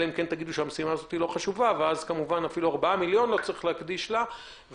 אלא אם כן תגידו שהמשימה לא חשובה ואז לא צריך להקדיש אפילו